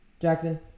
Jackson